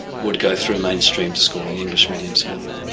would go through mainstream schooling, english medium schooling.